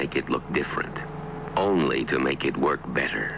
make it look different only to make it work better